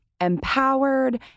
empowered